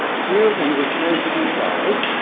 here we return to these guys.